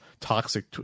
toxic